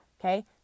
okay